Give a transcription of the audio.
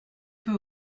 peu